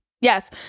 Yes